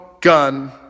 Gun